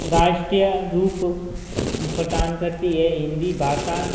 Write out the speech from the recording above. राष्ट्रीय रूप प्रदान करती है हिन्दी भाषा